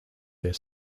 their